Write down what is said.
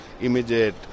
immediate